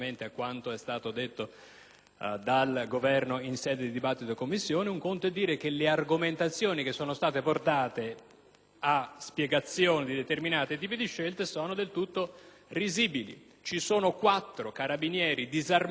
a spiegazione di determinati tipi di scelte sono del tutto risibili. Ci sono quattro Carabinieri disarmati che mantengono un cessate il fuoco a Cipro nord. Invito il sottosegretario Mantica a recarsi a Cipro nord e poi mi saprà dire se c'è bisogno di tenere sotto